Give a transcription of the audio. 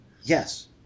yes